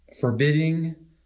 forbidding